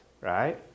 right